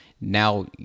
now